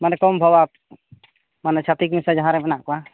ᱢᱟᱱᱮ ᱠᱚᱢ ᱫᱷᱟᱨᱟ ᱢᱟᱱᱮ ᱪᱷᱟᱛᱤᱠ ᱢᱮᱥᱟ ᱡᱟᱦᱟᱸ ᱨᱮ ᱢᱮᱱᱟᱜ ᱠᱚᱣᱟ